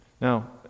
Now